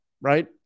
right